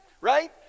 Right